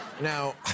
Now